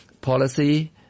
policy